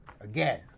Again